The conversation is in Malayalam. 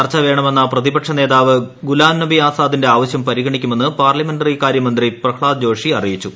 ചർച്ച വേണമെന്ന പ്രതിപക്ഷ നേതാവ് ഗുലാം നബി ആസാദിന്റെ ആവശ്യം പരിഗണിക്കുമെന്ന് പാർലമെന്ററി കാര്യമന്ത്രി പ്രഹ്ളാദ് ജോഷി അറിയിച്ചു